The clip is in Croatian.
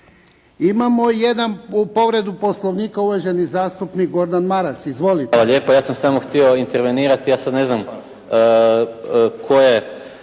Imamo i jednu povredu Poslovnika. Uvaženi zastupnik Gordan Maras. Izvolite.